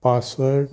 password